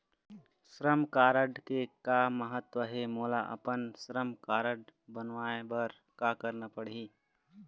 श्रम कारड के का महत्व हे, मोला अपन श्रम कारड बनवाए बार का करना पढ़ही?